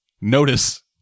Notice